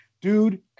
Dude